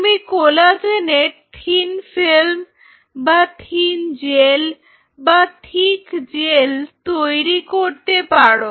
তুমি কোলাজেনের thin film বা থিন জেল বা থিক জেল তৈরি করতে পারো